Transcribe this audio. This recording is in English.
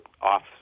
off